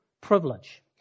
privilege